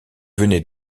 venait